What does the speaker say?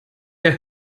der